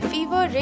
Fever